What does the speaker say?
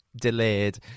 delayed